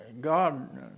God